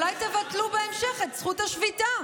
אולי תבטלו בהמשך את זכות השביתה.